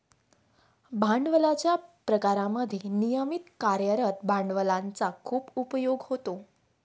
भांडवलाच्या प्रकारांमध्ये नियमित कार्यरत भांडवलाचा खूप उपयोग होतो